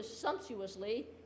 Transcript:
sumptuously